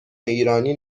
ایرانی